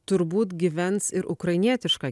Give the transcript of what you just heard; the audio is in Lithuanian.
turbūt gyvens ir ukrainietišką